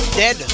dead